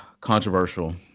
controversial